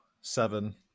Seven